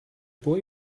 boy